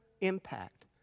impact